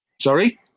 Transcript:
Sorry